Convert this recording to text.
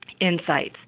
insights